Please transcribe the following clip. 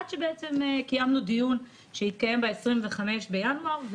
עד שקיימנו דיון שהתקיים ב-25 בינואר.